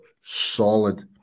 solid